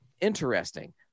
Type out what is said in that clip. interesting